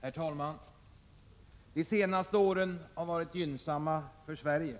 Herr talman! De senaste åren har varit gynnsamma för Sverige.